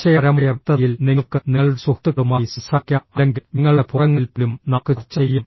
ആശയപരമായ വ്യക്തതയിൽ നിങ്ങൾക്ക് നിങ്ങളുടെ സുഹൃത്തുക്കളുമായി സംസാരിക്കാം അല്ലെങ്കിൽ ഞങ്ങളുടെ ഫോറങ്ങളിൽ പോലും നമുക്ക് ചർച്ച ചെയ്യാം